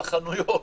לחנויות,